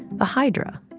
the hydra.